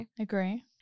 agree